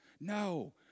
No